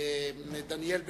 דניאל בן-סימון,